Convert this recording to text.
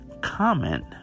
comment